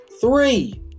Three